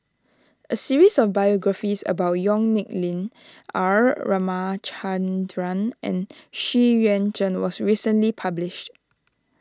a series of biographies about Yong Nyuk Lin R Ramachandran and Xu Yuan Zhen was recently published